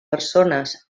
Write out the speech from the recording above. persones